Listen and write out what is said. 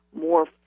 more